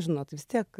žinot vis tiek